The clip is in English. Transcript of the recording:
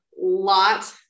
lot